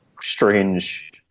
strange